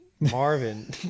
Marvin